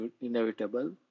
inevitable